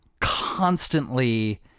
constantly